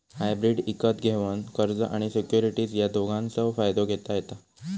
hybrid इकत घेवान कर्ज आणि सिक्युरिटीज या दोघांचव फायदो घेता येता